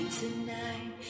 tonight